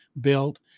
built